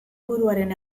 buruaren